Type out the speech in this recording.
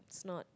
it's not